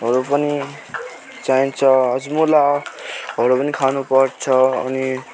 हरू पनि चाहिन्छ हजमोलाहरू पनि खानुपर्छ अनि